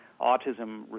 autism